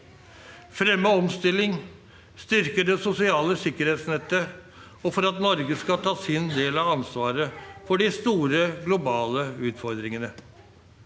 fremme omstilling og styrke det sosiale sikkerhetsnettet og for at Norge skal ta sin del av ansvaret for de store globale utfordringene.